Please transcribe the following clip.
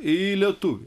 į lietuvį